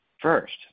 First